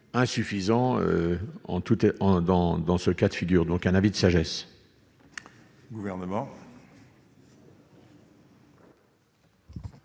en dans dans ce cas de figure, donc un avis de sagesse.